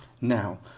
Now